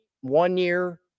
one-year